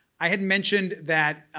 i had mentioned that